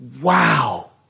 wow